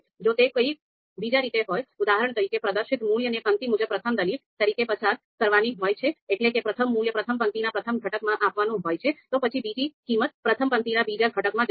જો તે કોઈ બીજી રીતે હોય ઉદાહરણ તરીકે પ્રદર્શિત મૂલ્યોને પંક્તિ મુજબ પ્રથમ દલીલ તરીકે પસાર કરવાની હોય છે એટલે કે પ્રથમ મૂલ્ય પ્રથમ પંક્તિના પ્રથમ ઘટકમાં આપવાનું હોય છે તો પછી બીજી કિંમત પ્રથમ પંક્તિના બીજા ઘટકમાં જશે